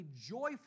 joyful